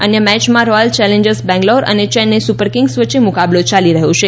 અન્ય મેચમાં Royal Challenger Bangalore અને ચેન્નાઇ સુપર કિંગ્સ વચ્ચે મુકાબલો યાલી રહ્યો છે